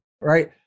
Right